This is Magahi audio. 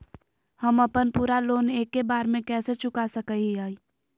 हम अपन पूरा लोन एके बार में कैसे चुका सकई हियई?